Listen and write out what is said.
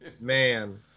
Man